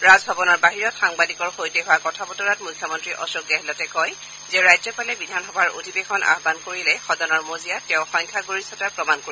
ৰাজভৱনৰ বাহিৰত সাংবাদিকৰ সৈতে হোৱা কথা বতৰাত মুখ্যমন্ত্ৰী অশোক গেহলটে কয় যে ৰাজ্যপালে বিধানসভাৰ অধিৱেশন আহবান কৰিলে সদনৰ মজিয়াত তেওঁ সংখ্যাগৰিষ্ঠতা প্ৰমাণ কৰিব